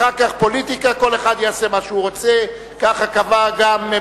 אם מישהו רוצה לומר ועדת חוקה,